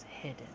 hidden